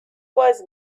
was